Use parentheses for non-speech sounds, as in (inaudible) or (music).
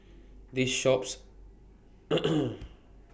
This shops (noise)